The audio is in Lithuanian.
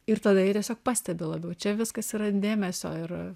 ir tada jie tiesiog pastebi labiau čia viskas yra dėmesio ir